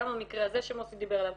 גם המקרה הזה שמוסי דיבר עליו,